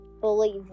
believe